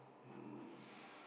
um